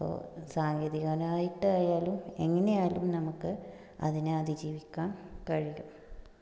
അപ്പോൾ സാങ്കേതികനായിട്ടായാലും എങ്ങനെ ആയാലും നമുക്ക് അതിനെ അതിജീവിക്കാൻ കഴിയും